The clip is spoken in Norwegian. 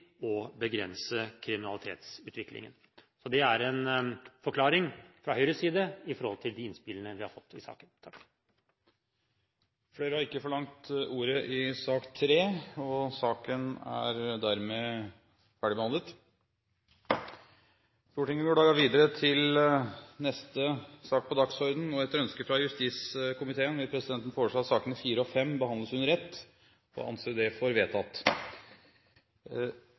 å begrense kriminalitetsutviklingen. Det er en forklaring fra Høyres side i forhold til de innspillene vi har fått i saken. Flere har ikke bedt om ordet til sak nr. 3. Etter ønske fra justiskomiteen vil presidenten foreslå at sakene nr. 4 og 5 behandles under ett, og anser det for vedtatt.